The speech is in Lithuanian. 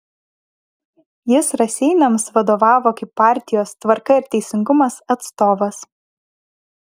jis raseiniams vadovavo kaip partijos tvarka ir teisingumas atstovas